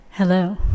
Hello